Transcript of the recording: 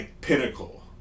pinnacle